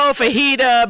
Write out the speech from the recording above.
fajita